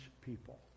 people